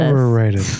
overrated